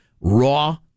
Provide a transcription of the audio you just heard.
raw